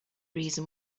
reason